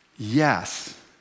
Yes